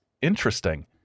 interesting